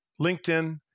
LinkedIn